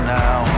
now